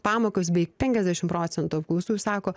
pamokas beveik penkiasdešimt procentų apklaustųjų ir sako